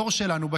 בדור שלנו,